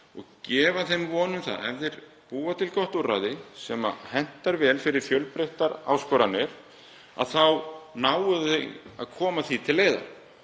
og gefa þeim von um að ef þeir búa til gott úrræði sem hentar vel fyrir fjölbreyttar áskoranir þá náum við að koma því til leiðar.